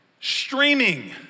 Streaming